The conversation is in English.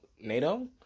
NATO